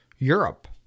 europe